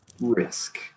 risk